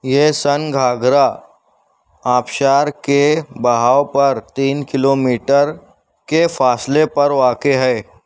یہ سن گھاگھرا آبشار کے بہاؤ پر تین کلو میٹر کے فاصلے پر واقع ہے